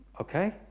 Okay